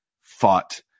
fought